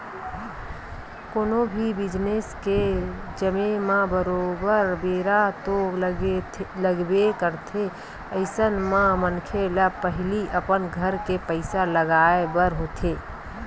कोनो भी बिजनेस के जमें म बरोबर बेरा तो लगबे करथे अइसन म मनखे ल पहिली अपन घर के पइसा लगाय बर होथे